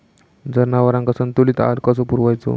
जनावरांका संतुलित आहार कसो पुरवायचो?